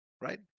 right